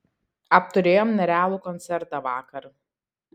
apturėjom nerealų koncertą vakar